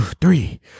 Three